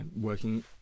working